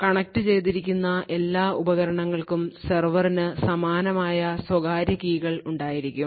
കണക്റ്റുചെയ്തിരിക്കുന്ന എല്ലാ ഉപകരണങ്ങൾക്കും സെർവറിന് സമാനമായ സ്വകാര്യ കീകൾ ഉണ്ടായിരിക്കും